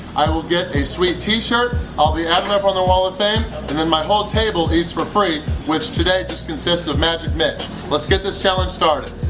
i will get a sweet t-shirt i'll be added up on the wall of fame and then my whole table eats for free which today just consists of magic mitch let's get this challenge started!